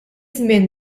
żmien